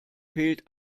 fehlt